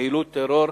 בפעילות טרור,